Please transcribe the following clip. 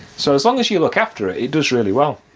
so as long as you look after it, it does really well,